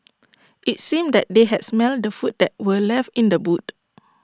IT seemed that they had smelt the food that were left in the boot